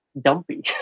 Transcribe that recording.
dumpy